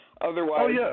otherwise